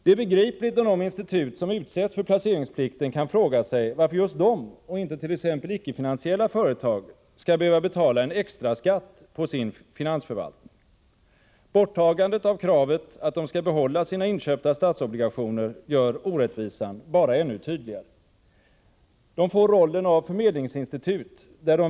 Det är begripligt om de institut som utsetts för placeringsplikten frågar sig varför just de och inte t.ex. icke-finansiella företag skall behöva betala en extraskatt på sin finansförvaltning. Borttagandet av kravet att de skall behålla sina inköpta statsobligationer gör bara orättvisan ännu tydligare. De får rollen av förmedlingsinstitut.